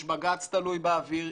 יש בג"צ תלוי באוויר,